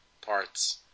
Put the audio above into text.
parts